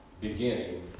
beginning